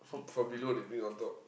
from below they bring on top